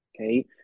Okay